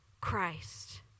Christ